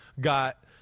got